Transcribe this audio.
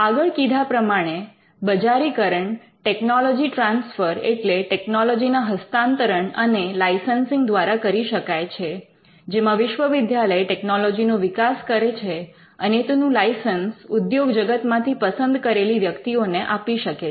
આગળ કીધા પ્રમાણે બજારીકરણ ટેકનોલોજી ટ્રાન્સફર એટલે ટેકનોલોજીના હસ્તાંતરણ અને લાઇસન્સિંગ દ્વારા કરી શકાય છે જેમાં વિશ્વવિદ્યાલય ટેકનોલોજી નો વિકાસ કરે છે અને તેનું લાઇસન્સ ઉદ્યોગ જગતમાંથી પસંદ કરેલી વ્યક્તિઓને આપી શકે છે